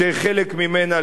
שחלק ממנה,